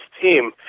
team